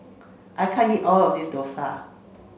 I can't eat all of this Dosa